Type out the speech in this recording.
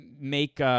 make